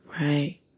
right